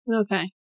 Okay